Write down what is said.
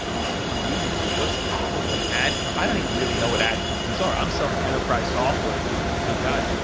omnicom media group? what's what's an ad i don't even really know what ad companies are. i'm selling enterprise software to to big guys.